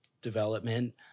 development